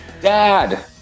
Dad